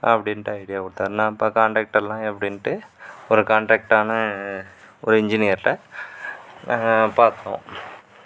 அப்படின்ட்டு ஐடியா கொடுத்தாரு நான் அப்புறம் கான்ட்ராக்ட்டெல்லாம் எப்படின்ட்டு ஒரு கான்ட்ராக்ட்டான ஒரு இன்ஜினீயர்ட்ட பார்த்தோம்